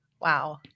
Wow